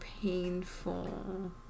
painful